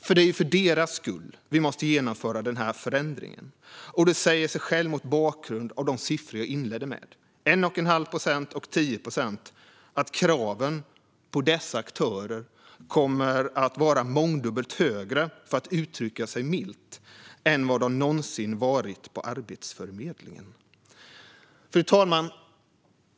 Det är nämligen för deras skull vi måste genomföra den här förändringen. Mot bakgrund av de siffror jag inledde med, 1 1⁄2 procent och 10 procent, säger det sig självt att kraven på dessa aktörer kommer att vara mångdubbelt högre - för att uttrycka sig milt - än vad de någonsin har varit på Arbetsförmedlingen. Fru talman!